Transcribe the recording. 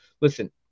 Listen